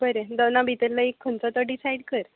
बरें दोना भितरलो एक खंयचो तो डिसायड कर